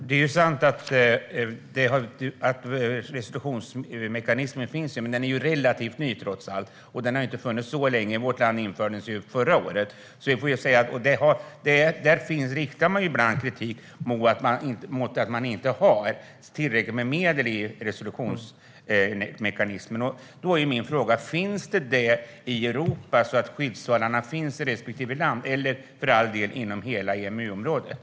Herr talman! Det är sant att resolutionsmekanismen finns. Men den är trots allt relativt ny och har inte funnits så länge. I vårt land infördes den förra året. Man riktar ibland kritik mot att man inte har tillräckligt med medel i resolutionsmekanismen. Min fråga är: Finns det det i Europa så att skyddsvallarna finns i respektive land eller för all del inom hela EMU-området?